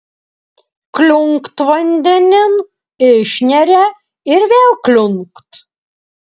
kliunkt vandenin išneria ir vėl kliunkt